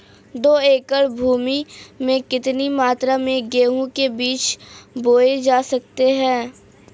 दो एकड़ भूमि में कितनी मात्रा में गेहूँ के बीज बोये जा सकते हैं?